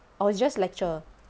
or it's just lecture